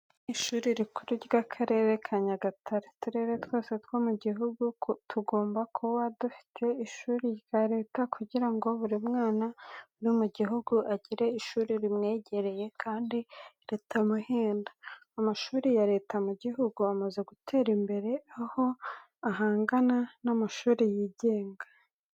Iri ni ishuri rikuru ry'akarere ka Nyagatare, uturere twose two mu gihugu tugomba kuba dufite ishuri rya Leta, kugira ngo buri mwana uri mu gihugu agire ishuri rimwegereye kandi ritamuhenda. Amashuri ya Leta mu gihugu amaze gutera imbere, aho ahangana na mashuri y'igenga.